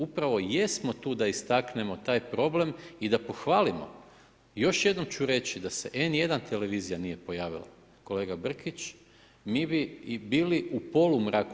Upravo jesmo tu da istaknemo taj problem i da pohvalimo i još jednom ću reći, da se N1 televizija nije pojavila, kolega Brkić, mi bi bili u polumraku.